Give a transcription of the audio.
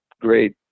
great